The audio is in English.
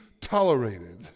tolerated